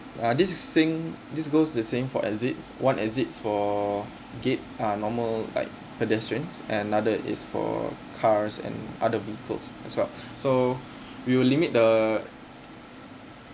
uh this is same this goes the same for exit one exit for gate uh normal like pedestrians and another is for cars and other vehicles as well so we will limit the